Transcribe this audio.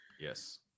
Yes